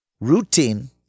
routine